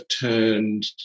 turned